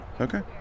Okay